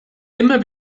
immer